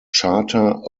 charter